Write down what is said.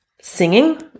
Singing